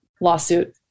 lawsuit